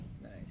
Nice